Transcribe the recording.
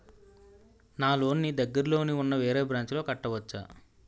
నా లోన్ నీ దగ్గర్లోని ఉన్న వేరే బ్రాంచ్ లో కట్టవచా?